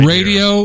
Radio